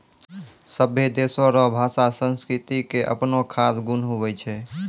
सभै देशो रो भाषा संस्कृति के अपनो खास गुण हुवै छै